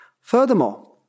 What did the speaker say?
Furthermore